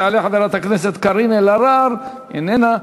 תעלה חברת הכנסת קארין אלהרר, איננה.